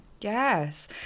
Yes